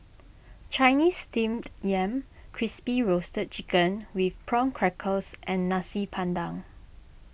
Chinese Steamed Yam Crispy Roasted Chicken with Prawn Crackers and Nasi Padang